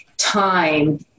time